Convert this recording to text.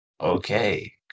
Okay